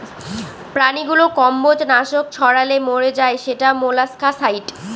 প্রাণীগুলো কম্বজ নাশক ছড়ালে মরে যায় সেটা মোলাস্কাসাইড